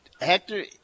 Hector